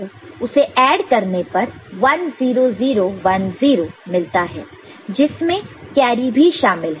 उसे ऐड करने पर 1 0 0 1 0 मिलता है जिसमें कैरी भी शामिल है